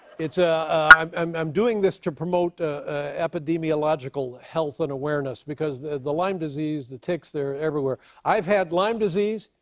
it's a i'm um i'm doing this to promote ah epidemiological health and awareness, because the lyme disease, the ticks are everywhere. i've had lyme disease.